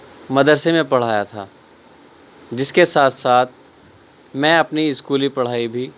مدرسے میں پڑھایا تھا جس کے ساتھ ساتھ میں اپنی اسکولی پڑھائی بھی